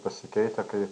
pasikeitę kai